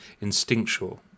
instinctual